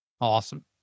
Awesome